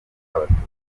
abatutsi